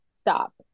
stop